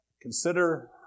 consider